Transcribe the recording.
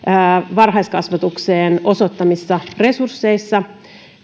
varhaiskasvatukseen osoittamissa resursseissa